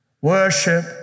Worship